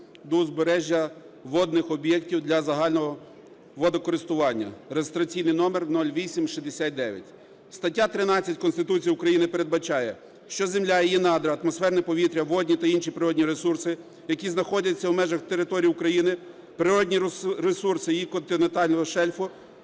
до узбережжя водних об'єктів для загального водокористування (реєстраційний номер 0869). Стаття 13 Конституції України передбачає, що земля і її надра атмосферне повітря, водні та інші природні ресурси, які знаходяться в межах території України, природні ресурси її континентального шельфу,